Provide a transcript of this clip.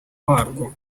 warwo